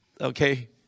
Okay